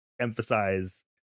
emphasize